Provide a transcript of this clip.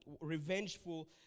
revengeful